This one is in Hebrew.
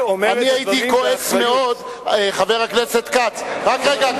אני הייתי כועס מאוד, חבר הכנסת כץ, אם